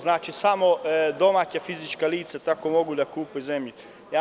Znači, samo domaća fizička lica tako mogu da kupe zemljište.